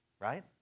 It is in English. right